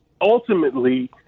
ultimately